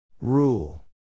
Rule